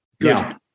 good